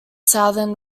southern